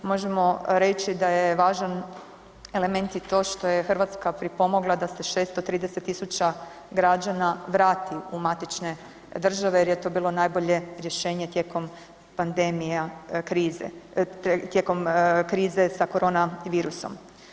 Možemo reći da je važan element i to što je Hrvatska pripomogla da se 630 tisuća građana vrati u matične države jer je to bilo najbolje rješenje tijekom pandemije krize, tijekom krize sa koronavirusom.